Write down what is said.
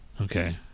Okay